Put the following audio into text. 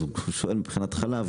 אז הוא שואל מבחינת חלב,